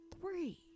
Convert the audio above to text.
three